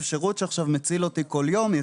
השירות שעכשיו כל יום מציל אותי מהתקפים,